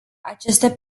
aceste